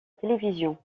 télévision